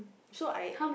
so I